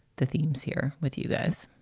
the themes here with you guys,